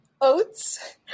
oats